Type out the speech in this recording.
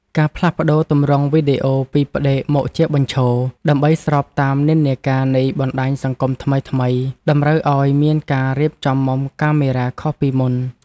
ការផ្លាស់ប្តូរទម្រង់វីដេអូពីផ្ដេកមកជាបញ្ឈរ ដើម្បីស្របតាមនិន្នាការនៃបណ្ដាញសង្គមថ្មីៗ តម្រូវឱ្យមានការរៀបចំមុំកាមេរ៉ាខុសពីមុន។